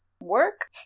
work